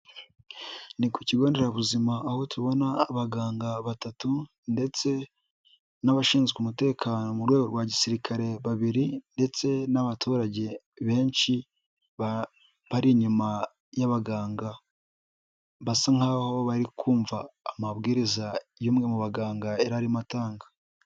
Ni ku kigo nderabuzima aho tubona abaganga batatu ndetse n'abashinzwe umutekano mu rwego rwa gisirikare babiri ndetse n'abaturage benshi, bari inyuma y'abaganga basa nk'aho bari kumva amabwiriza y'umwe mu baganga yararimo atanga.